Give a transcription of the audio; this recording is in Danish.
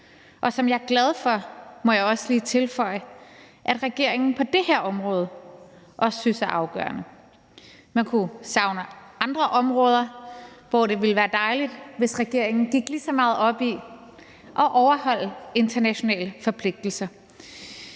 og som jeg er glad for, må jeg også lige tilføje, at regeringen på det her område også synes er afgørende. Man kunne savne, at regeringen på andre områder gik lige så meget op i at overholde internationale forpligtelser.